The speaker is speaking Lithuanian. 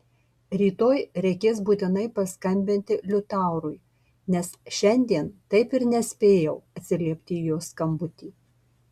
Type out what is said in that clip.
rytoj reikės būtinai paskambinti liutaurui nes šiandien taip ir nespėjau atsiliepti į jo skambutį